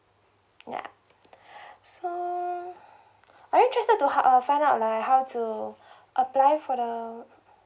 ya so are you interested to ha~ uh find out like how to apply for the